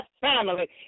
family